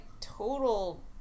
total